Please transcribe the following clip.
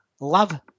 Love